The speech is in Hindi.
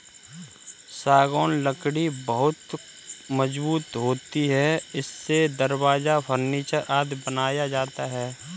सागौन लकड़ी बहुत मजबूत होती है इससे दरवाजा, फर्नीचर आदि बनाया जाता है